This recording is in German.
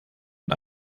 und